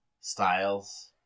Styles